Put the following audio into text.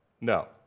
No